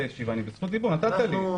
נתת לי.